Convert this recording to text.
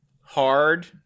hard